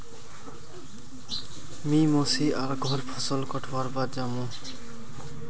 मी मोसी र घर फसल कटवार बाद जामु